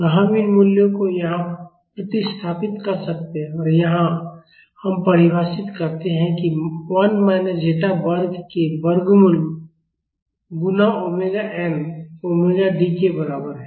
तो हम इन मूल्यों को यहाँ प्रतिस्थापित कर सकते हैं और यहाँ हम परिभाषित करते हैं कि 1 माइनस ज़ेटा वर्ग के वर्गमूल गुणा ओमेगा एन ओमेगा डी के बराबर है